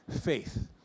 faith